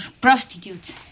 prostitutes